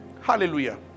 hallelujah